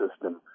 system